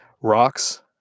Rocks